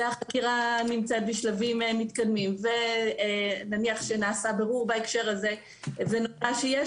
והחקירה נמצאת בשלבים מתקדמים ונניח שנעשה בירור בהקשר הזה ונראה שיש